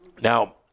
Now